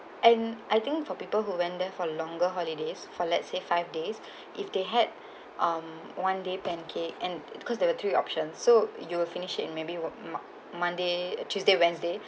and I think for people who went there for longer holidays for let's say five days if they had um one day pancake and because there were three options so you will finish in maybe mon~ monday tuesday wednesday